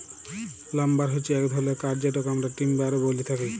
lumber হচ্যে এক ধরলের কাঠ যেটকে আমরা টিম্বার ও ব্যলে থাকি